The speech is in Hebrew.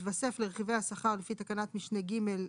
יתווסף לרכיבי השכר לפי תקנת משנה ג(1)